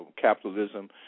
capitalism